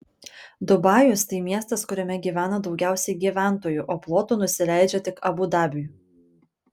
dubajus tai miestas kuriame gyvena daugiausiai gyventojų o plotu nusileidžia tik abu dabiui